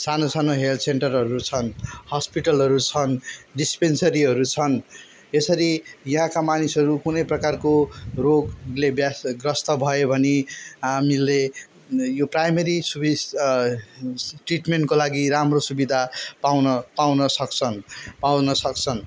सानो सानो हेल्थ सेन्टरहरू छन् हस्पिटलहरू छन् डिस्पेन्सरीहरू छन् यसरी यहाँका मानिसहरू कुनै प्रकारको रोगले व्यस् ग्रस्त भयो भने हामीले यो प्राइमेरी सुविस ट्रिटमेन्टको लागि राम्रो सुविधा पाउन पाउन सक्छन् पाउन सक्छन्